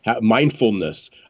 mindfulness